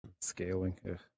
Scaling